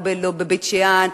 לא בבית-שאן,